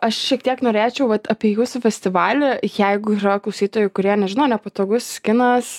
aš šiek tiek norėčiau vat apie jūsų festivalį jeigu yra klausytojų kurie nežino nepatogus kinas